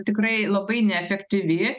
tikrai labai neefektyvi